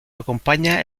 acompaña